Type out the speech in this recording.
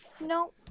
no